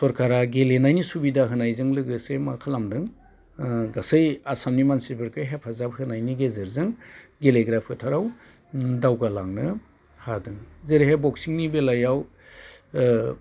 सरखारा गेलेनायनि सुबिदा होनायजों लोगोसे मा खालामदों गासै आसामनि मानसिखो हेफाजाब होनायनि गेजेरेजों गेलेग्रा फोथाराव दावगालांनो हादों जेरैहाय बक्सिंनि बेलायाव ओ